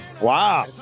Wow